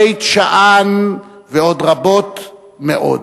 בית-שאן ועוד רבות מאוד.